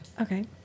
Okay